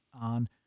on